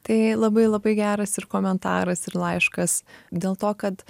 tai labai labai geras ir komentaras ir laiškas dėl to kad